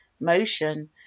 motion